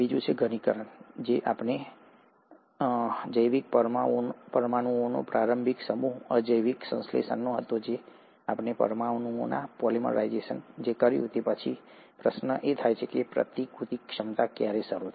તેથી આપણે જાણીએ છીએ અથવા આપણે હવે માનીએ છીએ કે હા જૈવિક પરમાણુઓનો પ્રારંભિક સમૂહ અજૈવિક સંશ્લેષણમાંથી હતો પછી તમે આ પરમાણુઓનું પોલિમરાઇઝેશન કર્યું અને પછી પ્રશ્ન એ છે કે પ્રતિકૃતિ ક્ષમતા ક્યારે શરૂ થઈ